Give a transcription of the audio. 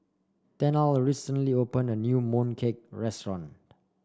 Tennille recently opened a new Mooncake restaurant